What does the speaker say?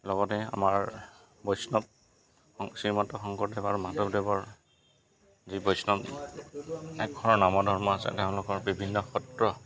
লগতে আমাৰ বৈষ্ণৱ শ্ৰীমন্ত শংকৰদেৱ আৰু মাধৱদেৱৰ যি বৈষ্ণৱ এক হৰণ নাম ধৰ্ম আছে তেওঁলোকৰ বিভিন্ন সত্ৰ